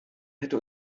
hätte